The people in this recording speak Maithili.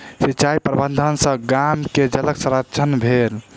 सिचाई प्रबंधन सॅ गाम में जलक संरक्षण भेल